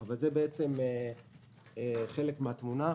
אבל זה חלק מן התמונה.